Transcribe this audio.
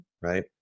Right